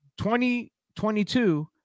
2022